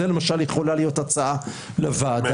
זו למשל יכולה להיות הצעה לוועדה.